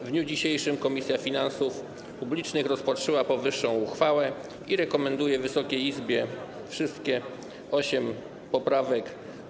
W dniu dzisiejszym Komisja Finansów Publicznych rozpatrzyła powyższą uchwałę i rekomenduje Wysokiej Izbie odrzucenie wszystkich ośmiu poprawek.